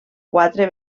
quatre